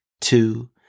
two